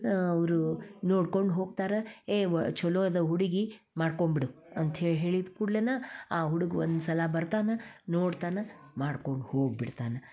ಅವರು ನೋಡ್ಕೊಂಡು ಹೋಗ್ತಾರೆ ಏ ವ ಚಲೋ ಅದ ಹುಡುಗಿ ಮಾಡ್ಕೊಂಡ್ಬಿಡು ಅಂತ ಹೇಳಿ ಹೇಳಿದ ಕೂಡ್ಲೆ ಆ ಹುಡ್ಗ ಒಂದು ಸಲ ಬರ್ತಾನೆ ನೋಡ್ತಾನೆ ಮಾಡ್ಕೊಂಡು ಹೋಗ್ಬಿಡ್ತಾನೆ